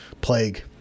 plague